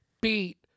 beat